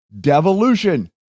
Devolution